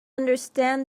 understand